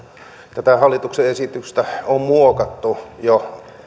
tätä hallituksen esitystä on muokattu jo